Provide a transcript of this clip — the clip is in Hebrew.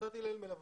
עמותת הלל.